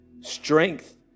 strength